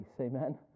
Amen